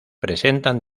presentan